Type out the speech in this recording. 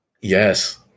Yes